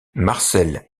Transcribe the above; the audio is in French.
marcel